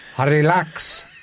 Relax